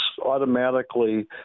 automatically